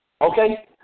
Okay